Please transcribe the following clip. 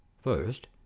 First